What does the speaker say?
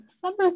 summer